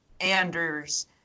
Anders